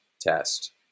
test